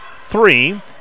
three